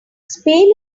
spain